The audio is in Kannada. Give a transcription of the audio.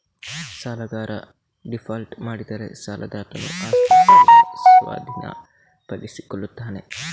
ಸಾಲಗಾರ ಡೀಫಾಲ್ಟ್ ಮಾಡಿದರೆ ಸಾಲದಾತನು ಆಸ್ತಿಯನ್ನು ಸ್ವಾಧೀನಪಡಿಸಿಕೊಳ್ಳುತ್ತಾನೆ